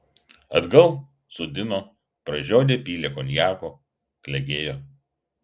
atgal sodino pražiodę pylė konjako klegėjo